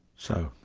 so,